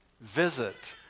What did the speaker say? Visit